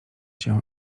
cię